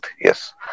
Yes